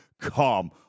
come